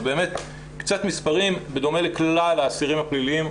קצת מספרים: בדומה לכלל האסירים הפליליים,